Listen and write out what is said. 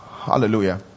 Hallelujah